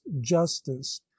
justice